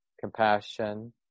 compassion